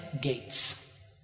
gates